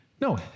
no